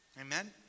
amen